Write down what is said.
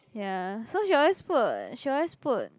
ya so she always put she always put